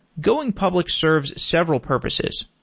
going public serves several purposes.